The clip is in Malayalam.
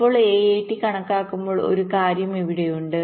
ഇപ്പോൾ AAT കണക്കാക്കുമ്പോൾ ഒരു കാര്യം ഇവിടെയുണ്ട്